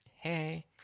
Hey